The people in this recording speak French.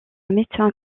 médecin